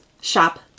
Shop